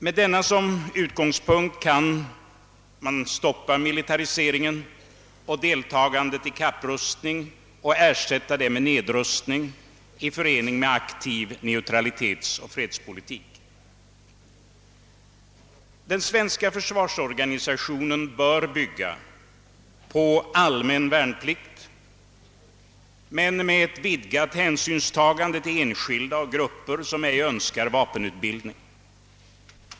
Med denna som utgångspunkt kan man stoppa militariseringen och deltagandet i kapprustning och ersätta detta med nedrustning i förening med aktiv neutralitetsoch fredspolitik. Den svenska försvarsorganisationen bör bygga på allmän värnplikt men med ett vidgat hänsynstagande till enskilda och grupper som ej önskar vapenutbildning.